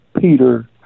Peter